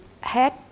head